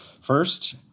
First